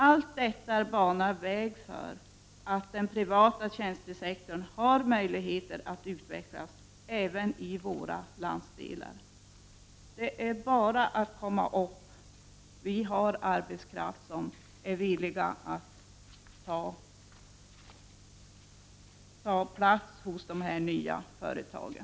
Allt detta banar väg för att den privata tjänstesektorn skall få möjlighet att utvecklas även i våra landsdelar. Det är bara att komma upp. Vi har arbetskraft som är villig att börja arbeta i de nya företagen.